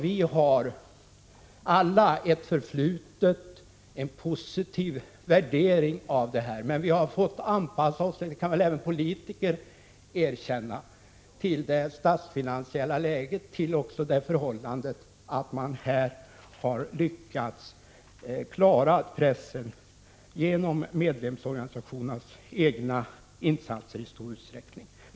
Vi har alla ett förflutet och en positiv värdering av detta stöd, men vi har fått anpassa oss — det kan väl även politiker erkänna — till det statsfinansiella läget och till det förhållandet att man har lyckats klara tidskrifterna genom medlemsorganisationernas egna insatser i stor utsträckning.